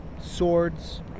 swords